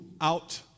out